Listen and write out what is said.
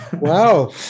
Wow